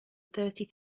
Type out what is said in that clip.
thirty